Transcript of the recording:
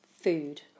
food